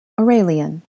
Aurelian